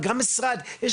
אבל גם מהמשרד להגנת הסביבה.